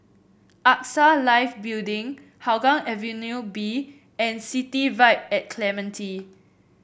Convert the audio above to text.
AXA Life Building Hougang Avenue B and City Vibe at Clementi